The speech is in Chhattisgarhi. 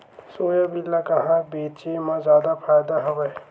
सोयाबीन ल कहां बेचे म जादा फ़ायदा हवय?